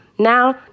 now